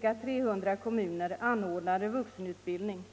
ca 300 kommuner anordnade vuxenutbildning.